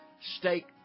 State